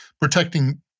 Protecting